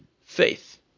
faith